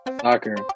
soccer